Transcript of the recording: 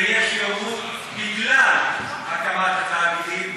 ויש שיאמרו בגלל הקמת התאגידים,